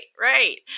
right